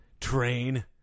train